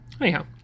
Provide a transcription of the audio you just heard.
Anyhow